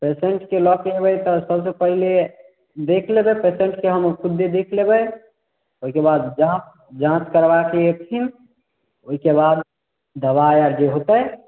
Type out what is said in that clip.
पेशेन्टके लै के अयबै तऽ सबसे पहिले देखि लेबै पेशेन्टके हम खुद्दे देख लेबै ओहिके बाद जाँच जाँच करबाके अयथिन ओहिके बाद दबाइ आर जे होयतै